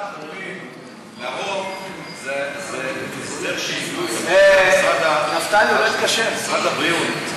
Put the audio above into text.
זה הסדר שהגיעו במשרד הבריאות.